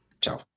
Ciao